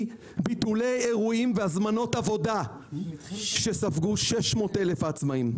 ביטולי אירועים והזמנות עבודה שספגו 600,000 העצמאים.